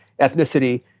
ethnicity